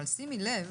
שימי לב